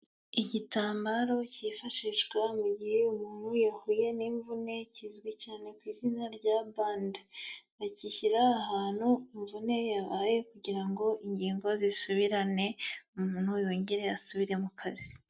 Igitambaro kifashishwa mu gihe umuntu yahuye n'imvune, kizwi cyane ku izina rya bande, akishyira ahantu imvune yabaye kugira ngo ingingo zisubirane umuntu yongere asubire mu kazi.